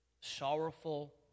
Sorrowful